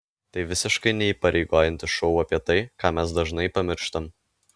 tai visiškai neįpareigojantis šou apie tai ką mes dažnai pamirštam